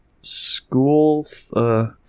school